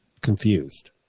confused